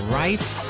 rights